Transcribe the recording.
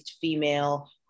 female